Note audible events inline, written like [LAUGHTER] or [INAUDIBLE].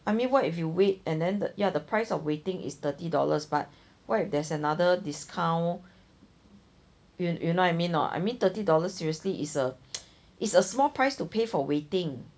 I mean what if you wait and then the ya the price of waiting is thirty dollars but what if there's another discount you know what I mean or not I mean thirty dollars seriously is a [NOISE] it's a small price to pay for waiting